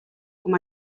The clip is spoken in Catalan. com